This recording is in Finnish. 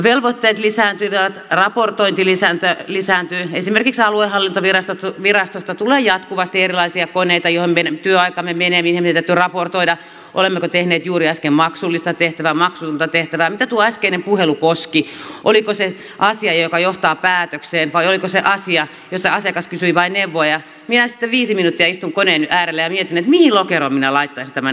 velvoitteet lisääntyvät raportointi lisääntyy esimerkiksi aluehallintovirastoista tulee jatkuvasti erilaisia koneita joihin meidän työaikamme menee joihin meidän täytyy raportoida olemmeko tehneet juuri äsken maksullista tehtävää maksutonta tehtävää mitä tuo äskeinen puhelu koski oliko se asia joka johtaa päätökseen vai oliko se asia jossa asiakas kysyi vain neuvoa ja minä sitten viisi minuuttia istun koneen äärellä ja mietin mihin lokeroon minä laittaisin tämän äskeisen puhelun